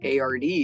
ARD